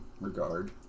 regard